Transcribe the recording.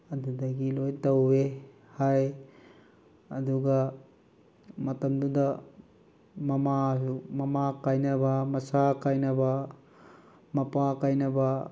ꯑꯗꯨꯗꯒꯤ ꯂꯣꯏꯅ ꯇꯧꯋꯦ ꯍꯥꯏ ꯑꯗꯨꯒ ꯃꯇꯝꯗꯨꯗ ꯃꯃꯥ ꯃꯃꯥ ꯀꯥꯏꯅꯕ ꯃꯆꯥ ꯀꯥꯏꯅꯕ ꯃꯄꯥ ꯀꯥꯏꯅꯕ